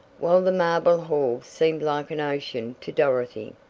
while the marble hall seemed like an ocean to dorothy.